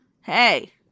Hey